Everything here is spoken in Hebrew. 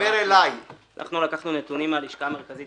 אנחנו לקחנו נתונים מהלשכה המרכזית